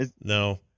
No